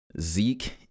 Zeke